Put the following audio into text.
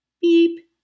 Beep